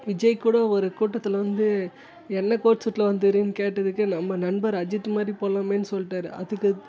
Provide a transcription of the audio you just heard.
விஜய் கூட ஒரு கூட்டத்தில் வந்து என்ன கோட் ஷுட்டில் வந்துருக்கீங்கனு கேட்டதுக்கு நம்ம நண்பர் அஜித் மாதிரி போகலாமேனு சொல்ட்டார் அதுக்கு